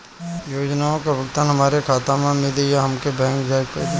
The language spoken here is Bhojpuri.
योजनाओ का भुगतान हमरे खाता में मिली या हमके बैंक जाये के पड़ी?